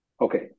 Okay